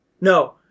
no